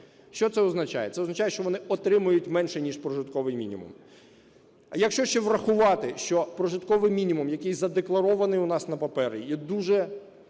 Що це означає? Це означає, що вони отримують менше, ніж прожитковий мінімум. Якщо ще врахувати, що прожитковий мінімум, який задекларований у нас на папері, є дуже